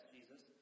Jesus